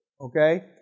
Okay